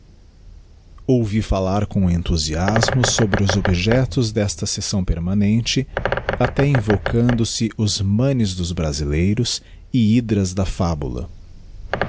ouvi fallar com enthusiasmo sobre os objectos desta sessão permanente até invocando se os manes dos brasileiros e hj dras da fabula